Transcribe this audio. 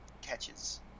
catches